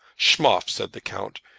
schmoff, said the count,